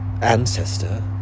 ancestor